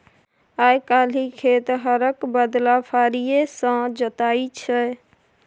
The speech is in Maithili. आइ काल्हि खेत हरक बदला फारीए सँ जोताइ छै